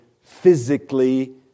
physically